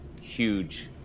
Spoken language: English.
huge